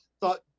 thought